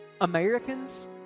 Americans